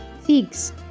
figs